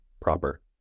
proper